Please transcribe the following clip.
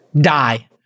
die